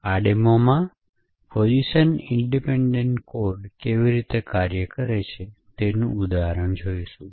આ ડેમોમાં position independent code કેવી રીતે કાર્ય કરે છે તેનું ઉદાહરણ જોઈશું